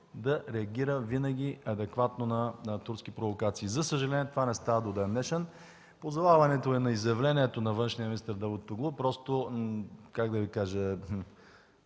да реагира винаги адекватно на турски провокации. За съжаление това не става до ден-днешен. Позоваването на изявлението на външния министър Давутоглу просто е смешно,